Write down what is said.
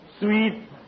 Sweet